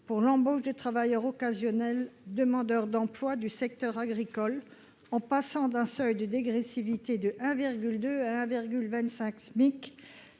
pour l'embauche de travailleurs occasionnels et demandeurs d'emploi du secteur agricole, en passant d'un seuil de dégressivité de 1,2 à 1,25 Smic,